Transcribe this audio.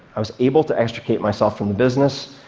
i was able to extricate myself from the business.